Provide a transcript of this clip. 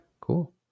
cool